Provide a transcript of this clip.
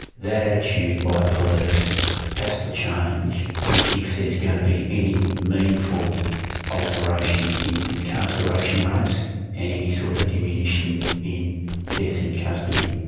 that attitude by police has to change if there is going to be any meaningful alteration in incarceration rates and any sort of diminution in deaths in custody.